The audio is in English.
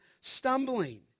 stumbling